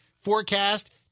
Forecast